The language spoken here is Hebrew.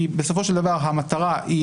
בסופו של דבר המטרה,